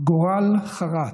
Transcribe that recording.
/ גורל חרץ: